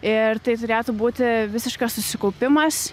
ir tai turėtų būti visiškas susikaupimas